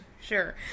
sure